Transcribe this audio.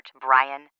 Brian